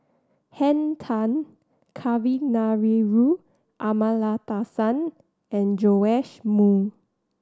Henn Tan Kavignareru Amallathasan and Joash Moo